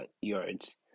yards